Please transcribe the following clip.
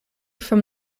from